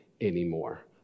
anymore